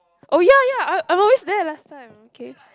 oh ya ya I I always there last time okay